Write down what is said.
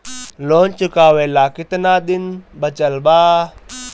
Loan चुकावे ला कितना दिन बचल बा?